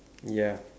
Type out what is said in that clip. ya